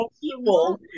people